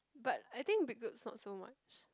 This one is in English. but I think big groups not so much